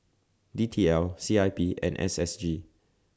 D T L C I P and S S G